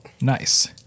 nice